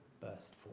burst